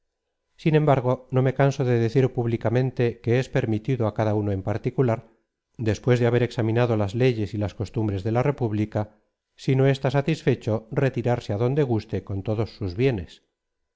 sin embargo no me canso de decir públicamente que es permitido á cada uno en particular después de haber examinado las leyes y las costumbres de la república si no está satisfecho retirarse á donde guste platón obras completas edición de patricio de azcárate tomo adrid